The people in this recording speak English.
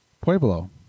Pueblo